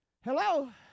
Hello